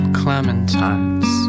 clementines